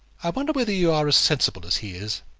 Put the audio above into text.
i wonder whether you are as sensible as he is?